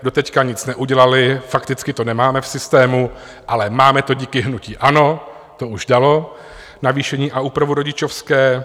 Doteď nic neudělali, fakticky to nemáme v systému, ale máme to díky hnutí ANO, to už dalo navýšení a úpravu rodičovské.